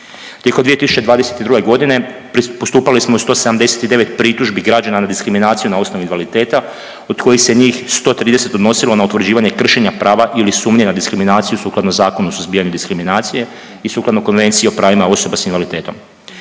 Tijekom 2022. godine, postupali smo 179 pritužbi građana na diskriminaciju na osnovi invaliditeta od kojih se njih 130 odnosilo na utvrđivanje kršenja prava ili sumnje na diskriminaciju sukladno Zakonu o suzbijanju diskriminacije i sukladno Konvenciji o pravima osoba s invaliditetom.